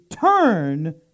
turn